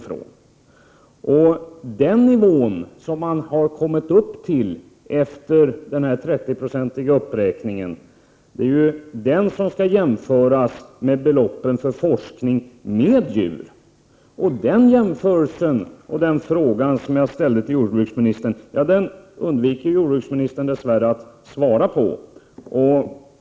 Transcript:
Det är den nivå man har kommit upp till efter denna 30-procentiga uppräkning som skall jämföras med de belopp som anslås för forskning med djur. Den jämförelsen och den fråga jag ställde i samband härmed till jordbruksministern undviker han dess värre.